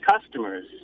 customers